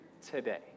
today